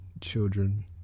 children